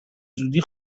زودی